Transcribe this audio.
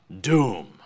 doom